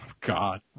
God